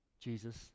Jesus